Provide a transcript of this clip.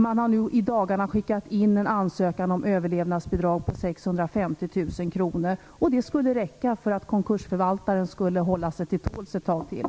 I dagarna har man skickat in en ansökan om överlevnadsbidrag på 650 000 kr. Det skulle räcka för att konkursförvaltaren skulle ge sig till tåls ett tag till.